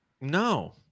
No